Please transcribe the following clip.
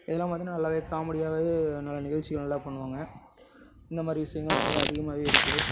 இதெல்லாம் பார்த்தோம்னா நல்லாவே காமெடியாகவே நிகழ்ச்சி நல்லா பண்ணுவாங்க இந்தமாதிரி விஷயங்கள் நிறைய அதிகமாவே இருக்குது